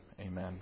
Amen